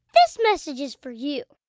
this message is for you